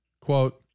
quote